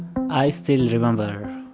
i still remember